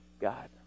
God